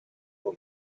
for